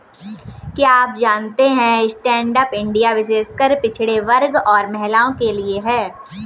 क्या आप जानते है स्टैंडअप इंडिया विशेषकर पिछड़े वर्ग और महिलाओं के लिए है?